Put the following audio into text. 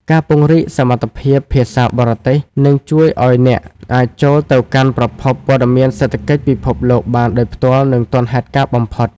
ការពង្រឹងសមត្ថភាពភាសាបរទេសនឹងជួយឱ្យអ្នកអាចចូលទៅកាន់ប្រភពព័ត៌មានសេដ្ឋកិច្ចពិភពលោកបានដោយផ្ទាល់ និងទាន់ហេតុការណ៍បំផុត។